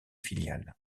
filiales